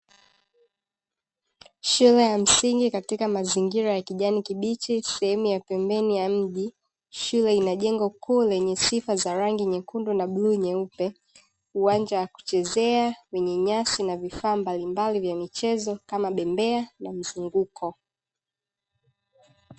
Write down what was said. Shule ya msingi katika mazingira ya kijani kibichi sehemu ya pembeni ya mji, shule ina jengo kuu lenye sifa za rangi nyekundu na bluu nyeupe, uwanja wa kuchezea wenye nyasi na vifaa mbalimbali vya michezo kama bembea na mizunguko.